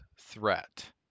threat